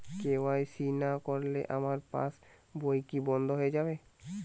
KYC না করলে আমার পাশ বই কি বন্ধ হয়ে যাবে?